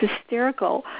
hysterical